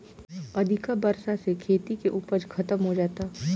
अधिका बरखा से खेती के उपज खतम हो जाता